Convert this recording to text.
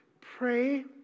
Pray